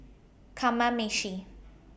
Kamameshi